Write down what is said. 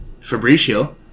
Fabricio